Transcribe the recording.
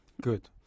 Good